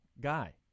guy